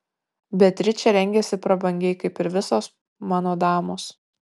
beatričė rengiasi prabangiai kaip ir visos mano damos